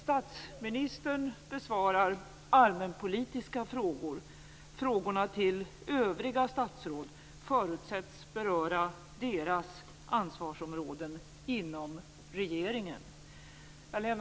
Statsministern besvarar allmänpolitiska frågor. Frågorna till övriga statsråd förutsätts beröra deras ansvarsområden inom regeringen.